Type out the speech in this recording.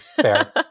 Fair